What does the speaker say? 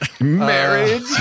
marriage